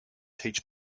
teach